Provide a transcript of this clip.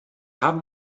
haben